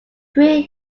pre